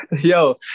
yo